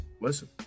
Listen